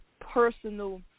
personal